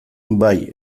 bai